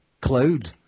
cloud